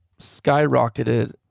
skyrocketed